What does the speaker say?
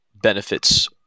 benefits